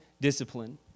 discipline